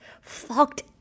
fucked